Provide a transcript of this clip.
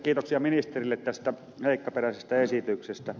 kiitoksia ministerille tästä seikkaperäisestä esityksestä